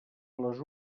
les